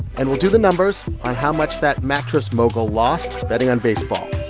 and we'll do the numbers on how much that mattress mogul lost betting on baseball.